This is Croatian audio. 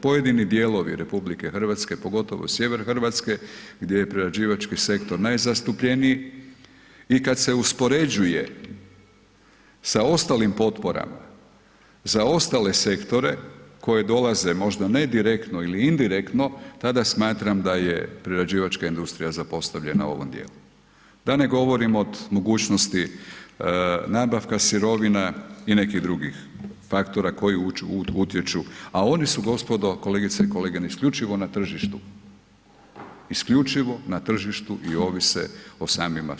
Pojedini dijelovi RH pogotovo sjever Hrvatske gdje je prerađivači sektor najzastupljeniji i kad se uspoređuje sa ostalim potporama za ostale sektore koje dolaze možda ne direktno ili indirektno, tada smatram da je prerađivačka industrija zapostavljena u ovom djelu, da ne govorim od mogućnosti nabavka sirovina i nekih drugih faktora koji utječe a oni su gospodo, kolegice i kolege, isključivo na tržištu, isključivo na tržištu i ovise o samima sebi.